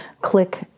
click